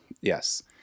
Yes